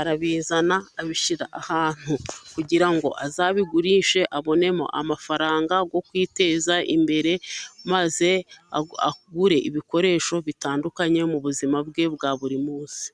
arabizana, abishyira ahantu kugira ngo azabigurishe abonemo amafaranga yo kwiteza imbere, maze agure ibikoresho bitandukanye mu buzima bwe bwa buri munsi.